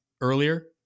earlier